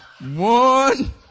One